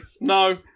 No